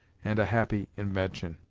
and a happy invention.